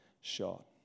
shot